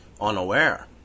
unaware